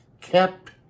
kept